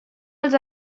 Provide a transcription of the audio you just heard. als